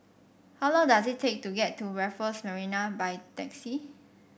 how long does it take to get to Raffles Marina by taxi